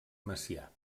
macià